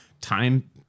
time